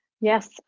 Yes